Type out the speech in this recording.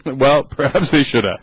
but well repetitious ah.